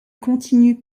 continue